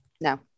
No